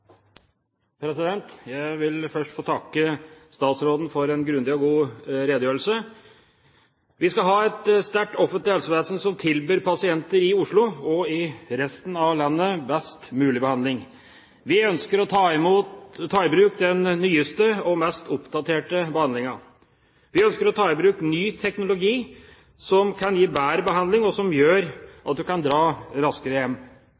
vedtatt. Jeg vil først få takke statsråden for en grundig og god redegjørelse. Vi skal ha et sterkt offentlig helsevesen som tilbyr pasienter i Oslo og i resten av landet best mulig behandling. Vi ønsker å ta i bruk den nyeste og mest oppdaterte behandlingen. Vi ønsker å ta i bruk ny teknologi som kan gi bedre behandling, og som gjør at du kan dra raskere hjem.